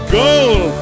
goal